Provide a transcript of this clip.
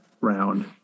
round